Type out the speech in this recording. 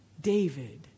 David